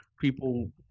people